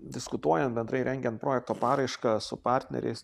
diskutuojant bendrai rengiant projekto paraišką su partneriais